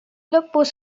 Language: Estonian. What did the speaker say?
lõpus